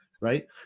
right